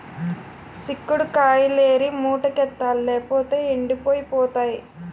సిక్కుడు కాయిలేరి మూటకెత్తాలి లేపోతేయ్ ఎండిపోయి పోతాయి